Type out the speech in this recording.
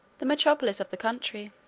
the metropolis of the country.